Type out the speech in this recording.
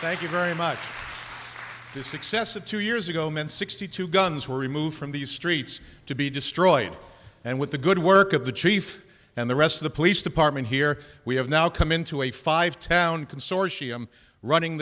thank you very much this excess of two years ago meant sixty two guns were removed from the streets to be destroyed and with the good work of the chief and the rest of the police department here we have now come into a five town consortium running